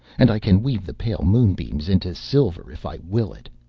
and i can weave the pale moonbeams into silver if i will it.